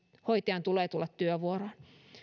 hoitajan tulee tulla työvuoroon